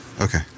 Okay